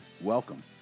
Welcome